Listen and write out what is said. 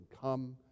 come